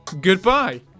goodbye